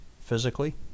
physically